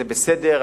זה בסדר,